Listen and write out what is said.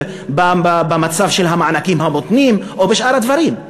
במצב של המענקים המותנים או בשאר הדברים,